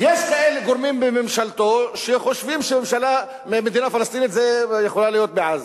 יש כאלה גורמים בממשלתו שחושבים שמדינה פלסטינית יכולה להיות בעזה.